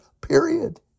period